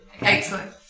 Excellent